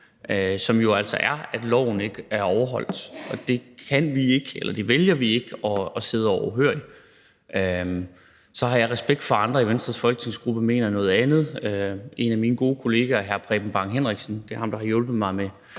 som jo altså er, at loven ikke er overholdt, og det vælger vi ikke at sidde overhørig. Så har jeg respekt for, at andre i Venstres folketingsgruppe mener noget andet. En af mine gode kollegaer, hr. Preben Bang Henriksen – det er ham, der har hjulpet mig med